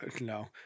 No